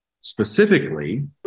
specifically